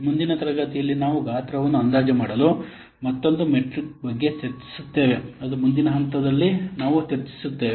ಮುಂದಿನ ತರಗತಿಯಲ್ಲಿ ನಾವು ಗಾತ್ರವನ್ನು ಅಂದಾಜು ಮಾಡಲು ಮತ್ತೊಂದು ಮೆಟ್ರಿಕ್ ಬಗ್ಗೆ ಚರ್ಚಿಸುತ್ತೇವೆ ಅದು ಮುಂದಿನ ಹಂತದಲ್ಲಿ ನಾವು ಚರ್ಚಿಸುತ್ತೇವೆ